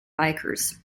bikers